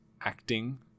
acting